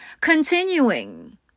Continuing